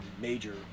major